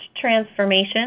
transformation